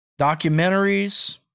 documentaries